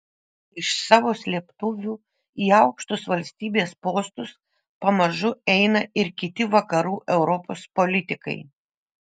iš savo slėptuvių į aukštus valstybės postus pamažu eina ir kiti vakarų europos politikai